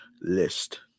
list